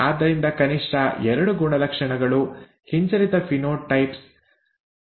ಆದ್ದರಿಂದ ಕನಿಷ್ಠ ಎರಡು ಗುಣಲಕ್ಷಣಗಳು ಹಿಂಜರಿತ ಫಿನೋಟೈಪ್ಸ್ ಅನ್ನು ಪ್ರದರ್ಶಿಸುತ್ತವೆ